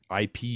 IP